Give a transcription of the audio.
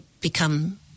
become